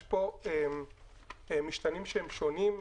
יש פה משתנים שונים.